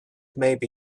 maybe